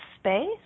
space